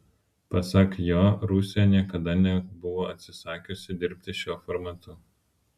pasak jo rusija niekada nebuvo atsisakiusi dirbti šiuo formatu